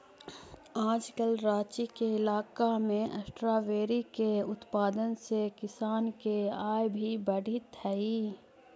आजकल राँची के इलाका में स्ट्राबेरी के उत्पादन से किसान के आय भी बढ़ित हइ